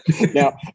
Now